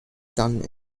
done